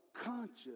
conscious